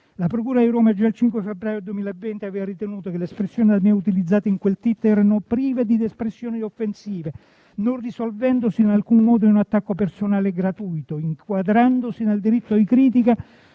La procura di Roma già il 5 febbraio 2020 aveva ritenuto che le parole da me utilizzate in quel *tweet* erano prive di espressioni offensive, non risolvendosi in alcun modo in attacco personale gratuito, inquadrandosi nel diritto di critica